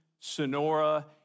Sonora